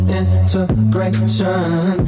integration